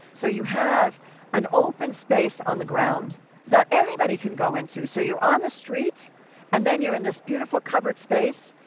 so you have an open space on the ground that anybody can go into. so you're on the street and then you're in this beautiful covered space.